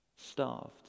Starved